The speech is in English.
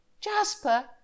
Jasper